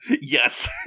Yes